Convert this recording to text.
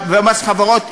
ומס החברות,